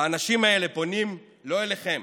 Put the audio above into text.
והאנשים האלה פונים לא אליכם,